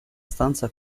stanza